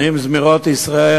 נעים זמירות ישראל,